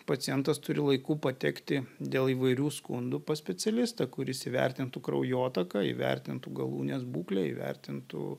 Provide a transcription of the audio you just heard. pacientas turi laiku patekti dėl įvairių skundų pas specialistą kuris įvertintų kraujotaką įvertintų galūnės būklę įvertintų